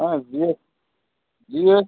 ହଁ